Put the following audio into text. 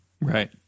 Right